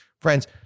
Friends